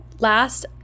Last